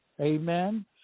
Amen